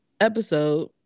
episode